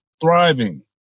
thriving